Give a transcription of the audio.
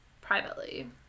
privately